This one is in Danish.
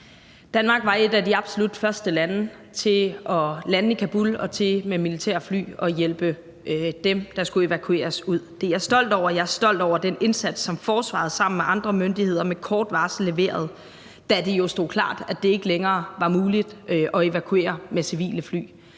var et af de absolut første lande til at lande i Kabul og til med militærfly at hjælpe dem, der skulle evakueres, ud. Det er jeg stolt over, og jeg er stolt over den indsats, som forsvaret sammen med andre myndigheder med kort varsel leverede, da det jo stod klart, at det ikke længere var muligt at evakuere med civile fly.